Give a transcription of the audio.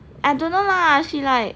I don't know lah she like